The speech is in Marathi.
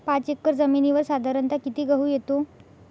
पाच एकर जमिनीवर साधारणत: किती गहू येतो?